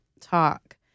talk